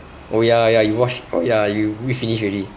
oh ya ya you watch oh ya you read finish already